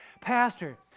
Pastor